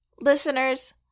Listeners